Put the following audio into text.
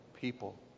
people